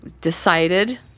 decided